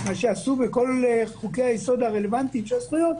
וזה מה שעשו בכל מיני חוקי יסוד רלוונטיים של זכויות,